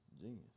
Genius